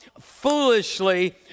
foolishly